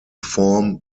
form